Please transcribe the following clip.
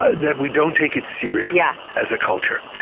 that we don't take it seriously yeah as a culture.